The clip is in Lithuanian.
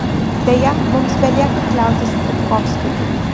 deja mums belieka kliautis strijkovskiu